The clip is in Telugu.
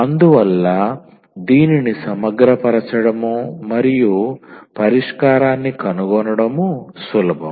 అందువల్ల దీనిని సమగ్రపరచడం మరియు పరిష్కారాన్ని కనుగొనడం సులభం